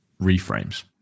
reframes